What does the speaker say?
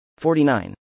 49